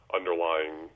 underlying